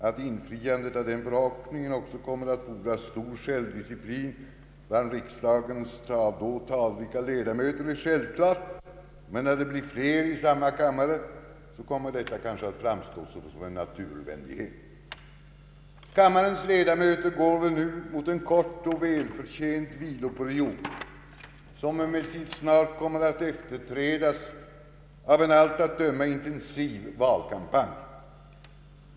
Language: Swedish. Att infriandet av den förhoppningen också kommer att fordra stor självdisciplin av riksdagens då talrika ledamöter är självklart, men när det blir fler i samma kammare kommer detta kanske att framstå såsom en naturnödvändighet. Kammarens ledamöter går nu mot en kort och välförtjänt viloperiod, som emellertid snart kommer att efterträdas av en av allt att döma intensiv valkampanj.